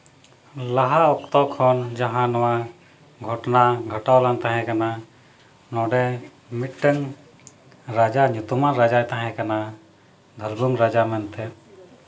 ᱞᱟᱦᱟ ᱚᱠᱛᱚ ᱠᱷᱚᱱ ᱡᱟᱦᱟᱸ ᱱᱚᱣᱟ ᱜᱷᱚᱴᱱᱟ ᱜᱷᱚᱴᱟᱣ ᱞᱮᱱ ᱛᱟᱦᱮᱸ ᱠᱟᱱᱟ ᱱᱚᱰᱮ ᱢᱤᱫᱴᱟᱝ ᱨᱟᱡᱟ ᱧᱩᱛᱩᱢᱟᱱ ᱨᱟᱡᱟᱭ ᱛᱟᱦᱮᱸ ᱠᱟᱱᱟ ᱫᱷᱚᱞᱵᱷᱩᱢ ᱨᱟᱡᱟ ᱢᱮᱱᱛᱮ